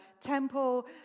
temple